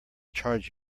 charge